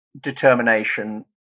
determination